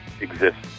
exists